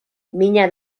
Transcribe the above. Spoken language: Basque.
mina